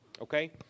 Okay